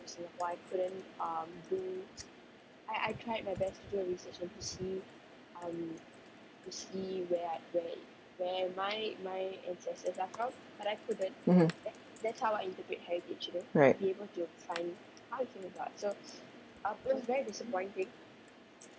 mmhmm right